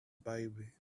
baby